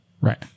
Right